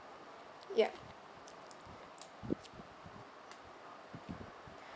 yup